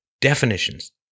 definitions